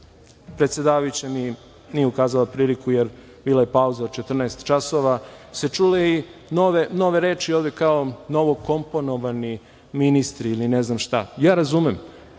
predsedavajuća mi nije ukazala priliku, jer bila je pauza od 14.00 časova, su se čule mnoge reči kao – novokomponovani ministri ili ne znam šta. Ja razumem,